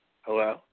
Hello